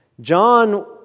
John